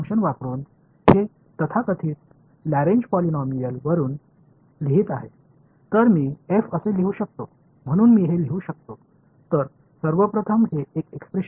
எனவே இங்கு Lagrange polynomial என அழைக்கப்படும் செயல்பாட்டை பயன்படுத்தி இங்கே எழுதினால் நான் இதை f இது மாதிரி எழுத முடியுமா